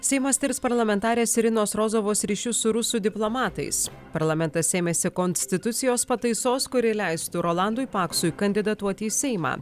seimas tirs parlamentarės irinos rozovos ryšius su rusų diplomatais parlamentas ėmėsi konstitucijos pataisos kuri leistų rolandui paksui kandidatuoti į seimą